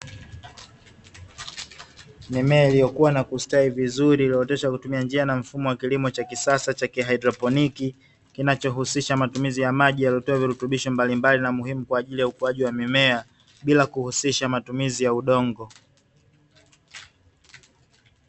Mimea iliyokua na kustawi vizuri, iliyooteshwa kwa kutumia njia na mfumo wa kilimo cha kisasa cha kihaidroponiki, kinachohusisha matumizi ya maji yaliyotiwa virutubisho mbalimbali na muhimu kwa ajili ya ukuaji wa mimea, bila kuhusisha matumizi ya udongo.